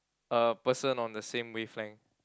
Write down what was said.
a person on the same wavelength